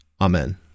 Amen